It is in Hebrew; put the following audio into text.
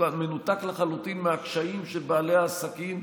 מנותק לחלוטין מהקשיים של בעלי העסקים,